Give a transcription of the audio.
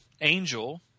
Angel